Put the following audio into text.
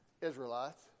Israelites